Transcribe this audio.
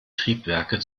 triebwerke